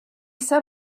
set